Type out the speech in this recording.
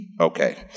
Okay